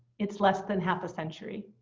it's less than half a century.